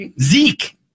Zeke